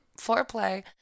foreplay